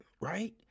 right